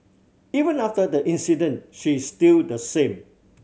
even after the incident she is still the same